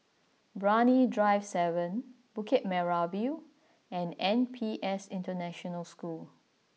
Brani Drive Seven Bukit Merah View and N P S International School